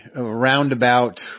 roundabout